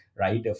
right